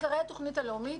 עיקרי התוכנית הלאומית.